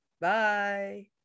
Bye